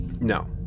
no